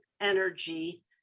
energy